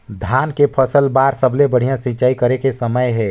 धान के फसल बार सबले बढ़िया सिंचाई करे के समय हे?